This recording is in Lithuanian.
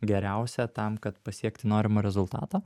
geriausia tam kad pasiekti norimo rezultato